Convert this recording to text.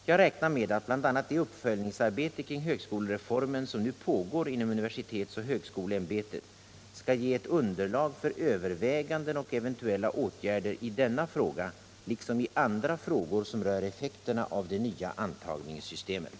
Jag räknar med att bl.a. det uppföljningsarbete kring högskolereformen som nu pågår inom universitetsoch högskoleämbetet skall ge ett underlag för överväganden och eventuella åtgärder i denna fråga liksom i andra frågor som rör effekterna av det nya antagningssystemet.